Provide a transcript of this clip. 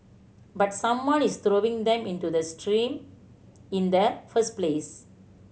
but someone is throwing them into the stream in the first place